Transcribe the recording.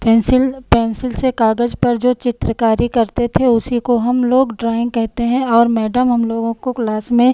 pencil pencil से कागज पर जो चित्रकारी करते थे उसी को हमलोग ड्रॉइन्ग कहते हैं और मैडम हमलोगों को क्लास में